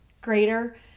greater